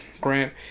Grant